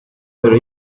pero